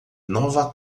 nova